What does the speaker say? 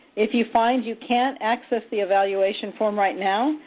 if you find you can't access the evaluation form right now,